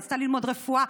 רצתה ללמוד רפואה,